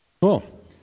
cool